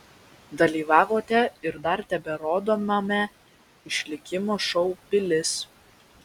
dalyvavote ir dar teberodomame išlikimo šou pilis